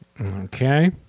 Okay